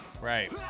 Right